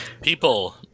People